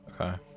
okay